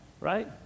right